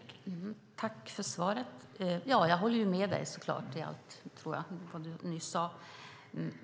Fru talman! Jag tackar för svaret och håller förstås med om allt vad Hans Backman nu sade.